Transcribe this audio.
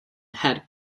had